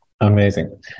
Amazing